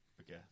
Okay